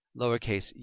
lowercase